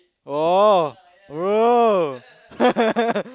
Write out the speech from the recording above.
oh bro